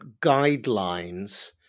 guidelines